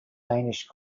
danish